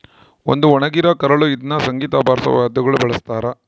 ಒಂದು ಒಣಗಿರ ಕರಳು ಇದ್ನ ಸಂಗೀತ ಬಾರ್ಸೋ ವಾದ್ಯಗುಳ ಬಳಸ್ತಾರ